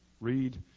Read